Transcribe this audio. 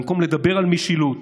במקום לדבר על משילות,